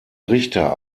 richter